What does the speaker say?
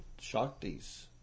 shaktis